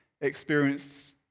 experienced